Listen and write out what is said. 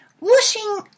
washing